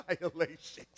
violations